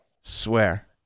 swear